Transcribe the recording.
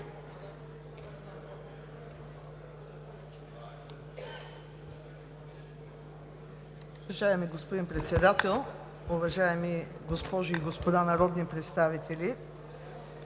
Уважаеми господин Председател, уважаеми дами и господа народни представители!